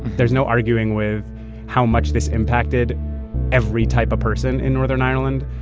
there's no arguing with how much this impacted every type of person in northern ireland.